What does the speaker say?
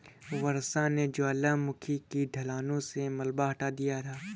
वर्षा ने ज्वालामुखी की ढलानों से मलबा हटा दिया था